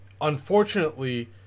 unfortunately